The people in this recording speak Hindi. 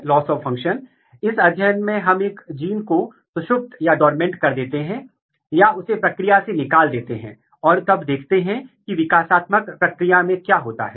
इसलिए यदि एक उत्परिवर्ती जो m1 है और एक अन्य उत्परिवर्ती जो कि m2 है दोनों में एक ही फेनोटाइप है दोनों ही फंक्शन म्यूटेंट के रिसीशिव लॉस हैं और हमें मान लेते हैं कि फेनोटाइप शॉर्ट रूट है